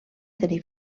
tenir